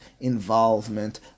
involvement